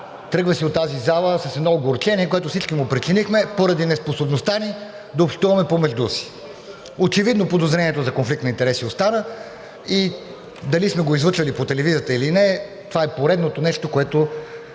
тръгне от тази зала с едно огорчение, което всички му причинихме поради неспособността ни да общуваме помежду си. Очевидно подозрението за конфликт на интереси остана и дали сме го излъчвали по телевизията или не, това е поредното нещо, което